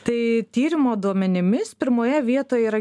tai tyrimo duomenimis pirmoje vietoj yra